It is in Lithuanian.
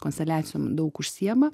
konsteliacijom daug užsiima